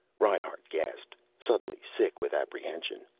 reinhart gasped, suddenly sick with apprehension.